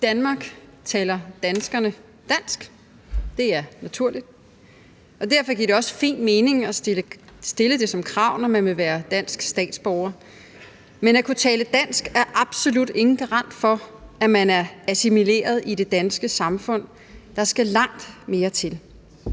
Danmark taler danskerne dansk. Det er naturligt, og derfor giver det også fin mening at stille det som krav, når man vil være dansk statsborger. Men at kunne tale dansk er absolut ikke nogen garanti for, at man er assimileret i det danske samfund. Der skal langt mere til.